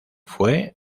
fue